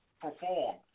perform